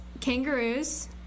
kangaroos